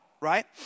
right